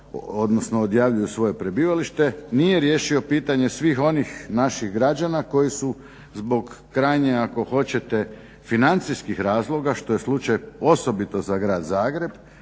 odnosno odjavljuju svoje prebivalište nije tješio pitanje svih onih naših građana koji su zbog krajnje ako hoćete financijskih razloga što je slučaj osobito za grad Zagreb